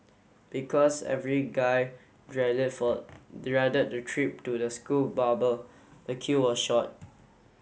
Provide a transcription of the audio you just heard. because every guy dreaded for dreaded the trip to the school barber the queue was short